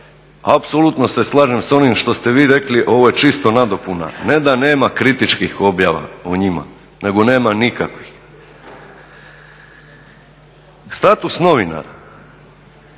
apsolutno se slažem s onim što ste vi rekli, ovo je čisto nadopuna. Ne da nema kritičkih objava o njima, nego nema nikakvih. Status novinara,